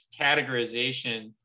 categorization